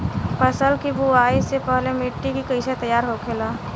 फसल की बुवाई से पहले मिट्टी की कैसे तैयार होखेला?